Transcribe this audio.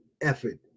effort